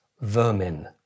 vermin